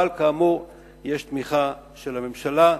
אבל כאמור יש תמיכה של הממשלה.